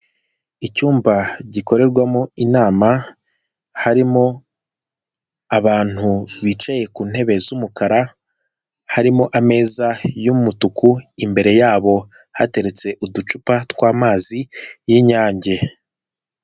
Icyumba gikorerwamo inama, harimo abantu bicaye ku ntebe z'umukara, harimo ameza y'umutuku imbere yabo hateretse uducupa tw'amazi y'Inyange.